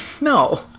No